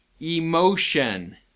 emotion